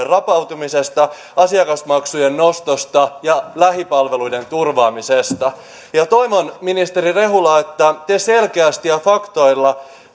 rapautumisesta asiakasmaksujen nostosta ja lähipalveluiden turvaamisesta toivon ministeri rehula että te selkeästi ja faktoilla